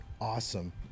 awesome